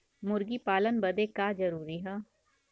मुर्गी पालन बदे का का जरूरी ह?